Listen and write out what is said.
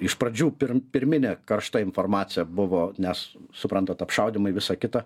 iš pradžių pirminė karšta informacija buvo nes suprantat apšaudymai visa kita